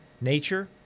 nature